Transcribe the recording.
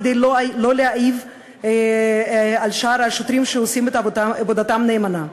כדי לא להעיב על שאר השוטרים שעושים את עבודתם נאמנה.